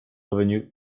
revenu